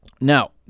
Now